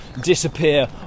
disappear